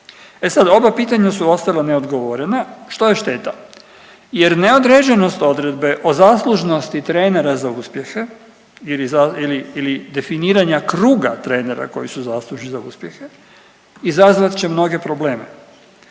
E sad, oba pitanja su ostala neodgovorena što je šteta jer neodređenost odredbe o zaslužnosti trenera za uspjehe ili definiranja kruga trenera koji su zaslužni za uspjehe izazvat će mnoge probleme.